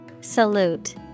Salute